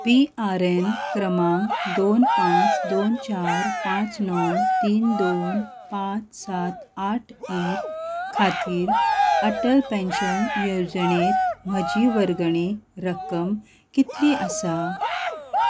P R A N क्रमांक दोन पांच दोन चार पांच णव तीन दोन पांच सात आठ एक खातीर अटल पेन्शन येवजणेंत म्हजी वर्गणी रक्कम कितली आसा